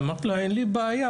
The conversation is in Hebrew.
אמרתי לה שאין בעיה.